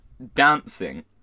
dancing